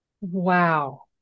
Wow